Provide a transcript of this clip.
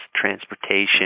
transportation